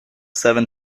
seven